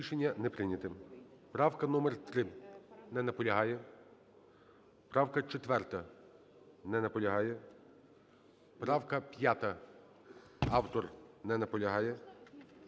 Рішення не прийнято. Правка номер 3. Не наполягає. Правка 4. Не наполягає. Правка 5. Автор не наполягає.